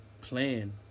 plan